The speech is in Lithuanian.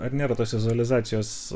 ar nėra tos vizualizacijos